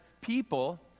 People